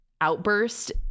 outburst